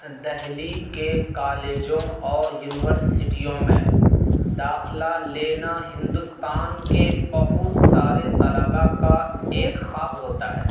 دہلی کے کالجوں اور یونیورسٹیوں میں داخلہ لینا ہندوستان کے بہت سارے طلباء کا ایک خواب ہوتا ہے